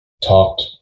talked